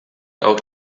auch